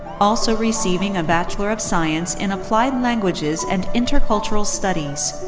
also receiving a bachelor of science in applied languages and intercultural studies.